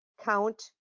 count